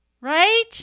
right